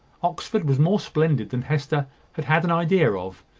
oxford was more splendid than hester had had an idea of.